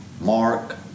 mark